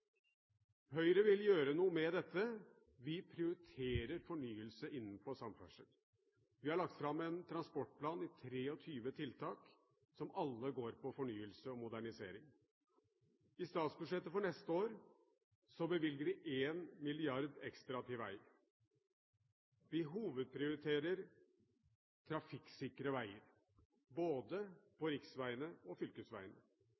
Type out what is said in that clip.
Høyre vil gjøre noe med dette. Vi prioriterer fornyelse innenfor samferdsel. Vi har lagt fram en transportplan med 23 tiltak, som alle går på fornyelse og modernisering. I statsbudsjettet for neste år bevilger vi en milliard ekstra til veg. Vi hovedprioriterer trafikksikre veger, både